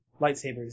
lightsabers